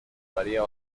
varía